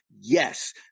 Yes